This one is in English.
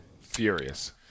furious